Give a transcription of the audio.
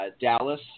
Dallas